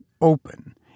open